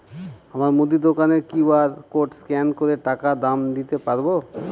আমার মুদি দোকানের কিউ.আর কোড স্ক্যান করে টাকা দাম দিতে পারব?